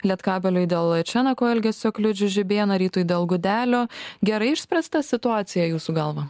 lietkabeliui dėl čenako elgesio kliudžius žibėną rytui dėl gudelio gerai išspręsta situacija jūsų galva